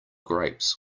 grapes